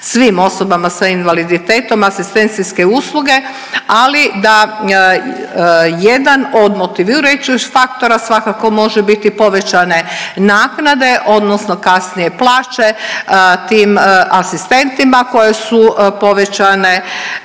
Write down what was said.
svim osobama sa invaliditetom asistencijske usluge, ali da jedan od motivirajućih faktora svakako može biti povećane naknade odnosno kasnije plaće tim asistentima koje su povećane